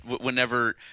whenever